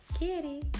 kitty